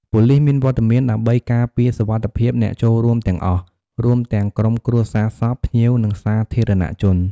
ប៉ូលីសមានវត្តមានដើម្បីការពារសុវត្ថិភាពអ្នកចូលរួមទាំងអស់ រួមទាំងក្រុមគ្រួសារសព ភ្ញៀវ និងសាធារណជន។